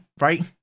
right